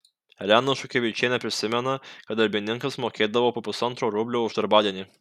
elena šukevičienė prisimena kad darbininkams mokėdavo po pusantro rublio už darbadienį